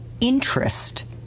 interest